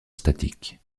statique